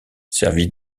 servit